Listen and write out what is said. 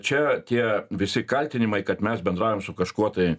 čia tie visi kaltinimai kad mes bendraujam su kažkuo tai